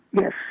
Yes